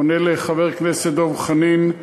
אענה לחבר הכנסת דב חנין,